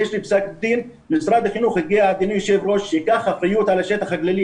יש לי פסק דין שמשרד החינוך ייקח אחריות על השטח הגלילי.